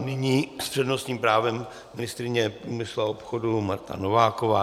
Nyní s přednostním právem ministryně průmyslu a obchodu Marta Nováková.